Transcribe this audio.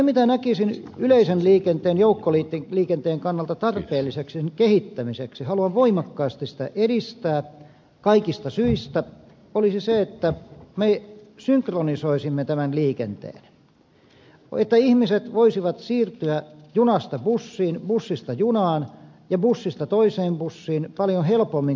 mutta näkisin yleisen liikenteen joukkoliikenteen kannalta tarpeelliseksi kehittämiseksi haluan voimakkaasti sitä edistää kaikista syistä sen että me synkronisoisimme tämän liikenteen että ihmiset voisivat siirtyä junasta bussiin bussista junaan ja bussista toiseen bussiin paljon helpommin kuin nyt tapahtuu